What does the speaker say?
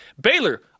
Baylor